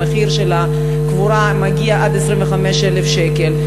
המחיר של הקבורה מגיע עד 25,000 שקל.